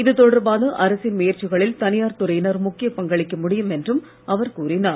இதுதொடர்பான அரசின் முயற்சிகளில் தனியார் துறையினர் முக்கிய பங்களிக்க முடியும் என்றும் அவர் கூறினார்